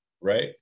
right